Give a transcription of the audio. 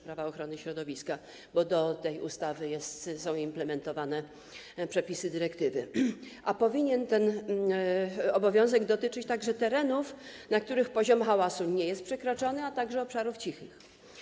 Prawa ochrony środowiska, bo do tej ustawy są implementowane przepisy dyrektywy - a powinien ten obowiązek dotyczyć także terenów, na których poziom hałasu nie jest przekroczony, a także obszarów cichych.